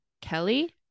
Kelly